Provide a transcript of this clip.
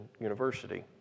University